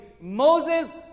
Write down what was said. Moses